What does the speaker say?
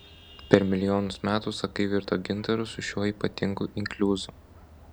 per milijonus metų sakai virto gintaru su šiuo ypatingu inkliuzu